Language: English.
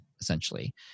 essentially